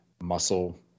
muscle